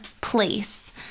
place